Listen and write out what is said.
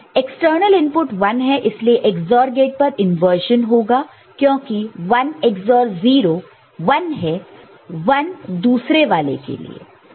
external input 1 है इसलिए XOR gate पर इंवर्जन होगा क्योंकि 1 XOR 0 1 है 1 दूसरे वाले के लिए